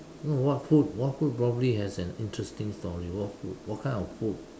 no what food what food probably has an interesting story what food what kind of food